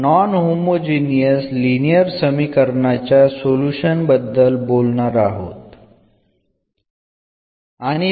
non homogeneous linear സമവാക്യങ്ങളുടെ സൊല്യൂഷനെക്കുറിച്ച് നമ്മൾ സംസാരിക്കും